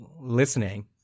listening